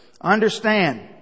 Understand